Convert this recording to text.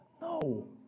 No